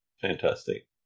fantastic